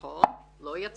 בקרוב, חוזר.